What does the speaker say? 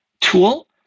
tool